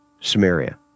Samaria